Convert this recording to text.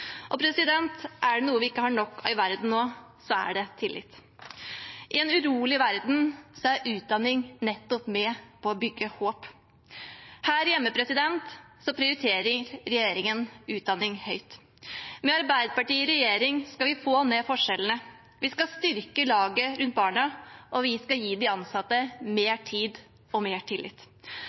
Er det noe vi ikke har nok av i verden nå, er det tillit. I en urolig verden er utdanning nettopp med på å bygge håp. Her hjemme prioriterer regjeringen utdanning høyt. Med Arbeiderpartiet i regjering skal vi få ned forskjellene, vi skal styrke laget rundt barna, og vi skal gi de ansatte mer tid og mer tillit.